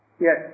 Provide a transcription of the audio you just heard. Yes